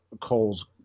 Cole's